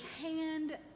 hand